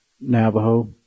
Navajo